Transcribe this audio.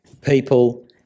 people